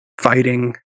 fighting